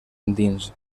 endins